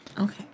Okay